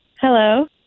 Hello